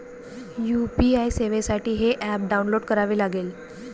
UPI सेवेसाठी हे app download करावे लागेल